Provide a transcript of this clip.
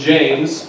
James